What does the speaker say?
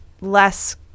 less